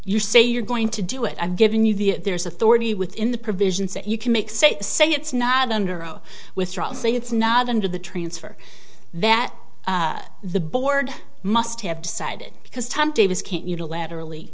you say you're going to do it i'm giving you the there's authority within the provisions that you can make say say it's not under zero withdrawal saying it's not under the transfer that the board must have decided because tom davis can't unilaterally